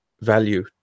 value